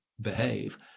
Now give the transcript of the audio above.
behave